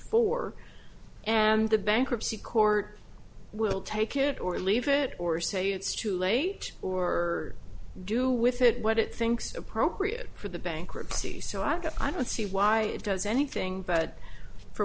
four and the bankruptcy court will take it or leave it or say it's too late or do with it what it thinks appropriate for the bankruptcy so i guess i don't see why it does anything but for